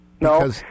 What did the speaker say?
No